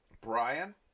Brian